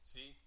See